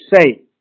say